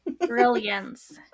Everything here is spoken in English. brilliance